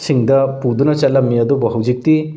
ꯁꯤꯡꯗ ꯄꯨꯗꯨꯅ ꯆꯠꯂꯝꯃꯤ ꯑꯗꯨꯕꯨ ꯍꯧꯖꯤꯛꯇꯤ